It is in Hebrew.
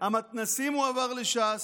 המתנ"סים הועברו לש"ס,